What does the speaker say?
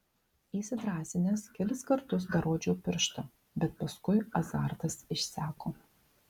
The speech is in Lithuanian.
įsidrąsinęs kelis kartus dar rodžiau pirštą bet paskui azartas išseko